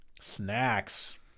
snacks